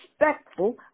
respectful